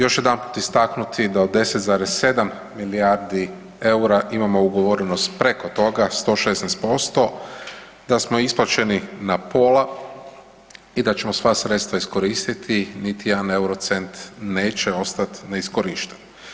Još jedanput istaknuti da od 10,7 milijardi eura imamo ugovoreno preko toga, 116%, da smo isplaćeni na pola i da ćemo sva sredstva iskoristiti, niti jedan euro, cent, neće ostati neiskorišten.